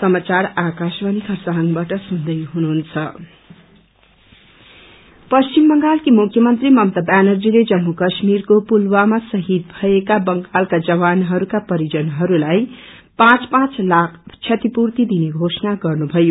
compensation पश्चिम बंगालकी मुख्य मंत्री ममता व्यानर्जीले जम्मू काश्मीरको पुलवामा शहीद भएका बंगालका जवानहरूका परिजनहरूलाई पाँच पाँच लाख क्षतिपूर्ति दिने वोषणा गर्नुभयो